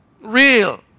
real